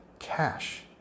cash